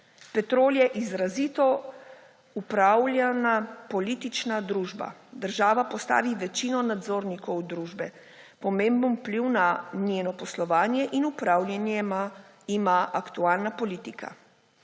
Petrol je izrazito politično upravljana družba. Država postavi večino nadzornikov družbe. Pomemben vpliv na njeno poslovanje in upravljanje ima aktualna politika.